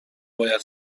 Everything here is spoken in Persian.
باید